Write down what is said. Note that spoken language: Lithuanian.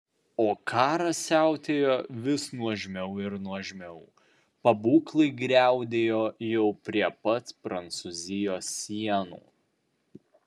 o karas siautėjo vis nuožmiau ir nuožmiau pabūklai griaudėjo jau prie pat prancūzijos sienų